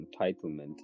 entitlement